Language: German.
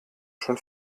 schon